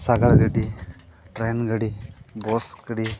ᱥᱟᱜᱟᱲ ᱜᱟᱹᱰᱤ ᱴᱨᱮᱱ ᱜᱟᱹᱰᱤ ᱵᱚᱥ ᱜᱟᱹᱰᱤ